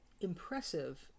impressive